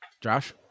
Josh